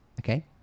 Okay